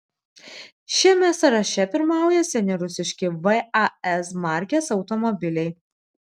šiame sąraše pirmauja seni rusiški vaz markės automobiliai